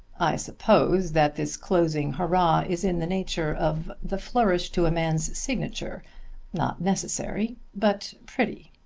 i suppose that this closing hurrah is in the nature of the flourish to a man's signature not necessary, but pretty.